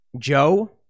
Joe